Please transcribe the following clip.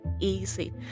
easy